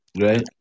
Right